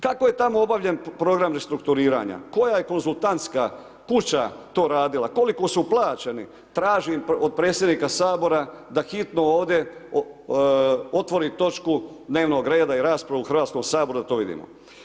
Kako je tamo obavljen program restrukturiranja, koja je konzultantska kuća to radila, koliko su plaćeni tražim od predsjednika sabora da hitno ode, otvori točku dnevnog reda i raspravu u Hrvatskom saboru da to vidimo.